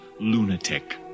lunatic